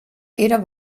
ihre